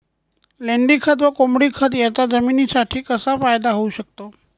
लेंडीखत व कोंबडीखत याचा जमिनीसाठी कसा फायदा होऊ शकतो?